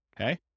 Okay